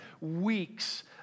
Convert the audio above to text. weeks